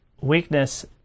weakness